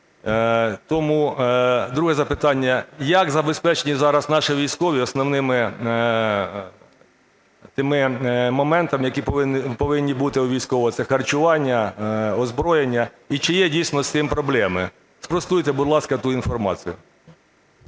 Тому друге запитання: як забезпечені зараз наші військові основними моментами, які повинні бути у військових - це харчування, озброєння? І чи є, дійсно, з цим проблеми? Спростуйте, будь ласка, цю інформацію.